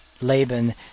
Laban